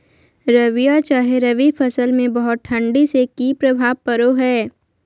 रबिया चाहे रवि फसल में बहुत ठंडी से की प्रभाव पड़ो है?